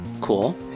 cool